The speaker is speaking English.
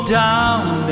down